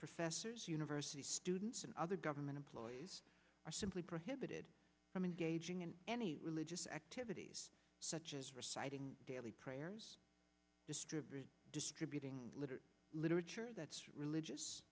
professors university students and other government employees are simply prohibited from engaging in any religious activities such as reciting daily prayers distribute distributing literature literature that's religious